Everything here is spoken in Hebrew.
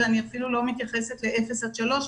ואני אפילו לא מתייחסת לאפס עד שלוש,